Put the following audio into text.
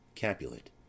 capulet